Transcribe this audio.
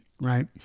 right